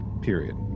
Period